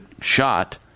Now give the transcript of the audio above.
shot